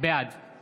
בעד קרן